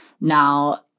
now